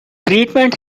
treatment